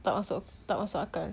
tak masuk akal